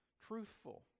truthful